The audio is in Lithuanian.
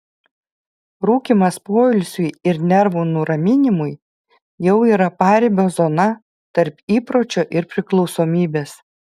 rūkymas poilsiui ir nervų nuraminimui jau yra paribio zona tarp įpročio ir priklausomybės